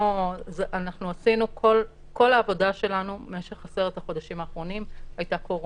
כל העבודה שלנו משך עשרת החודשים האחרונים הייתה קורונה,